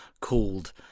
called